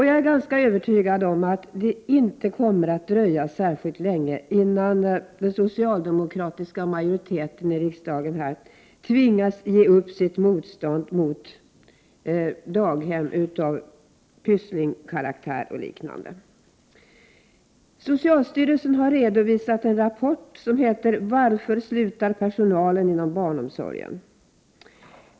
Jag är ganska övertygad om att det inte kommer att dröja särskilt länge innan den socialdemokratiska majoriteten i riksdagen tvingas ge upp sitt motstånd mot daghem av samma karaktär som Pysslingen. Socialstyrelsen har redovisat en rapport som heter Varför slutar personalen inom barnomsorgen?